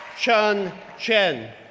chun chen,